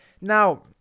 Now